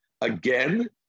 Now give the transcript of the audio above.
again